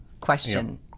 question